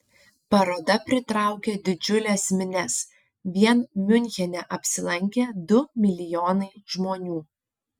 paroda pritraukė didžiules minias vien miunchene apsilankė du milijonai žmonių